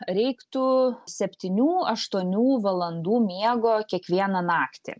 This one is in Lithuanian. reiktų septynių aštuonių valandų miego kiekvieną naktį